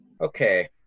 Okay